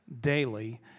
daily